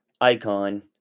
icon